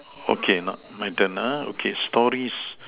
okay not my turn uh okay stories